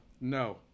no